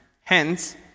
hence